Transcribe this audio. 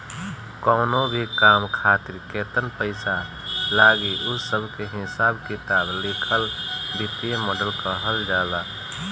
कवनो भी काम खातिर केतन पईसा लागी उ सब के हिसाब किताब लिखल वित्तीय मॉडल कहल जाला